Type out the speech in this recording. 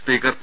speaker P